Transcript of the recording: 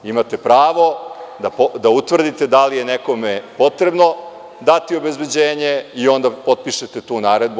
Imate pravo da utvrdite da li je nekome potrebno dati obezbeđenje i onda potpišete tu naredbu.